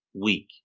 week